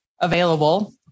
available